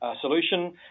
solution